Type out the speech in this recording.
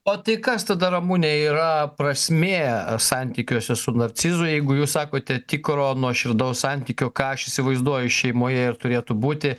o tai kas tada ramune yra prasmė santykiuose su narcizu jeigu jūs sakote tikro nuoširdaus santykio ką aš įsivaizduoju šeimoje ir turėtų būti